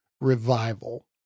revival